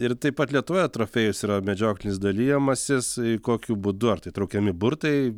ir taip pat lietuvoje trofėjus yra medžioklinis dalijamasis kokiu būdu ar tai traukiami burtai